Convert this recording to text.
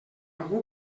algú